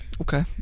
Okay